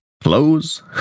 close